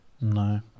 No